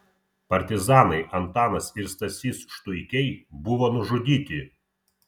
partizanai antanas ir stasys štuikiai buvo nužudyti